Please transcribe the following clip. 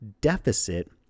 deficit